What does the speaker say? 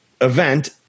event